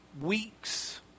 weeks